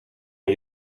een